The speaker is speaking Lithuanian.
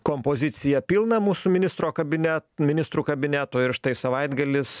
kompoziciją pilną mūsų ministro kabine ministrų kabineto ir štai savaitgalis